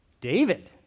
David